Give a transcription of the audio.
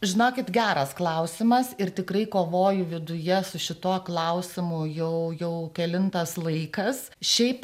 žinokit geras klausimas ir tikrai kovoju viduje su šituo klausimu jau jau kelintas laikas šiaip